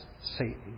Satan